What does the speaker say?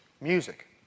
music